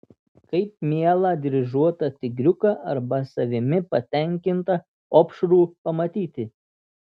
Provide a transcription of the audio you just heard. kaip mielą dryžuotą tigriuką arba savimi patenkintą opšrų pamatyti